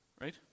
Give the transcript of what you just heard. right